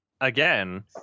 again